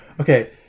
okay